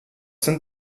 sind